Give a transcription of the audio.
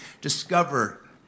discover